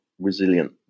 resilient